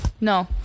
no